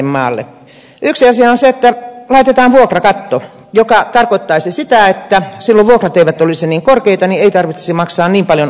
yksi asia on se että laitetaan vuokrakatto joka tarkoittaisi sitä että silloin vuokrat eivät olisi niin korkeita niin että ei tarvitsisi maksaa niin paljon asumistukea